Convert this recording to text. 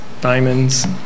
diamonds